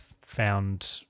found